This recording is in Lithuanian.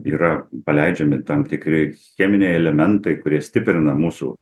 yra paleidžiami tam tikri cheminiai elementai kurie stiprina mūsų